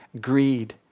greed